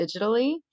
digitally